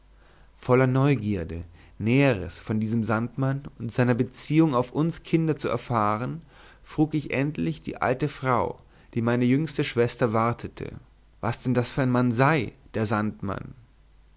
voll neugierde näheres von diesem sandmann und seiner beziehung auf uns kinder zu erfahren frug ich endlich die alte frau die meine jüngste schwester wartete was denn das für ein mann sei der sandmann